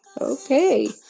Okay